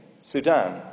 Sudan